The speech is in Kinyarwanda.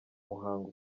muhango